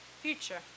future